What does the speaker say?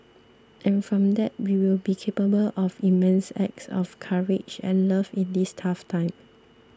and from that we will be capable of immense acts of courage and love in this tough time